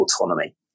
autonomy